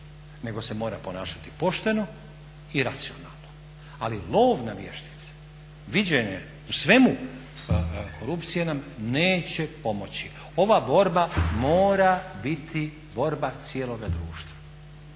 nego se mora ponašati pošteno i racionalno. Ali lov na vještice, viđenje u svemu korupcije nam neće pomoći. Ova borba mora biti borba cijeloga društva,